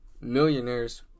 millionaires